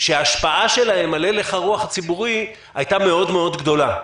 שההשפעה שלהם על הלך הרוח הציבורי הייתה מאוד מאוד גדולה.